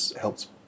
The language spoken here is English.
helps